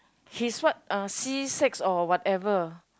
he's what uh C six or whatever